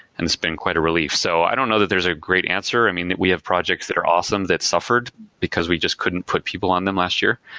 and it's been quite a relief. so i don't know that there's a great answer. i mean, we have projects that are awesome that suffered because we just couldn't put people on them last year.